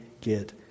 get